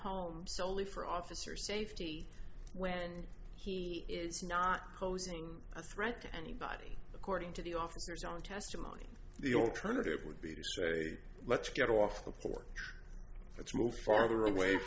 home solely for officer safety when he is not posing a threat to anybody according to the officer's own testimony the alternative would be to say let's get off the porch let's move farther away